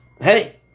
Hey